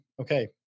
okay